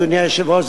אדוני היושב-ראש,